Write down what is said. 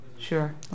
Sure